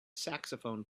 saxophone